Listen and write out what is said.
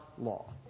law